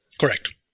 Correct